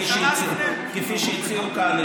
כפי שהציעו כאן,